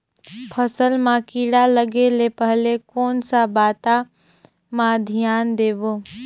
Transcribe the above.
फसल मां किड़ा लगे ले पहले कोन सा बाता मां धियान देबो?